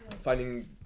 finding